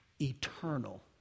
Eternal